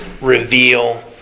reveal